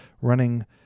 running